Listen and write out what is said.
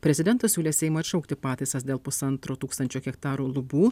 prezidentas siūlė seimui atšaukti pataisas dėl pusantro tūkstančio hektarų lubų